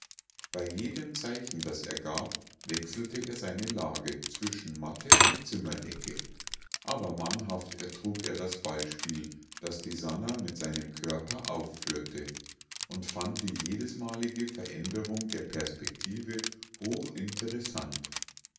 bei jedem zeichen das er gab wechselte er seine lage zwischen matte und zimmerdecke aber mannhaft ertrug er das ballspiel das die sannah mit seinem körper aufführte und fand die jedesmalige veränderung der perspektive hochinteressant